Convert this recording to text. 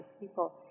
people